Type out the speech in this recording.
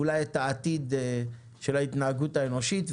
ואולי את העתיד של ההתנהגות האנושית.